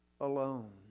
alone